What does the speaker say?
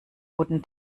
guten